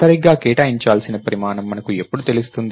సరిగ్గా కేటాయించాల్సిన పరిమాణం మనకు ఎప్పుడు తెలుస్తుంది